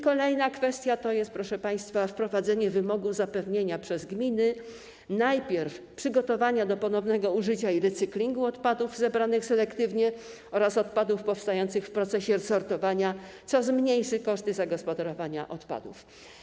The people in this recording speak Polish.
Kolejna kwestia to jest, proszę państwa, wprowadzenie wymogu zapewnienia przez gminy najpierw przygotowania do ponownego użycia i recyklingu odpadów zebranych selektywnie oraz odpadów powstających w procesie sortowania, co zmniejszy koszty zagospodarowania odpadów.